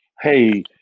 hey